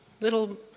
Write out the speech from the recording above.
little